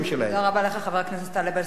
תודה רבה לך, חבר הכנסת טלב אלסאנע.